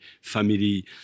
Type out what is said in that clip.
family